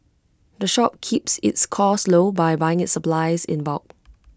the shop keeps its costs low by buying its supplies in bulk